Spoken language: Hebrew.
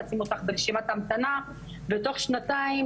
נשים אותך ברשימת המתנה ותוך שנתיים,